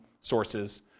sources